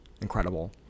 incredible